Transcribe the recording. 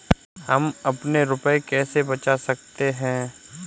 हम अपने रुपये कैसे बचा सकते हैं?